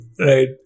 Right